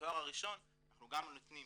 ובתואר הראשון אנחנו גם נותנים